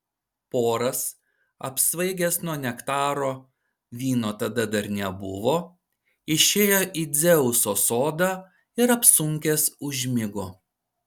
poras apsvaigęs nuo nektaro vyno tada dar nebuvo išėjo į dzeuso sodą ir apsunkęs užmigo